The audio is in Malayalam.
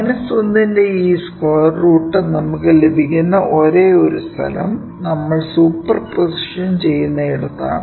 മൈനസ് 1 ന്റെ ഈ സ്ക്വയർ റൂട്ട് നമുക്ക് ലഭിക്കുന്ന ഒരേയൊരു സ്ഥലം നമ്മൾ സൂപ്പർ പൊസിഷൻ ചെയ്യുന്നിടത്താണ്